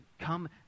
Come